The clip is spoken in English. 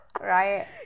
Right